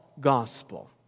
gospel